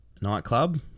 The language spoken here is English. nightclub